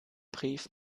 brief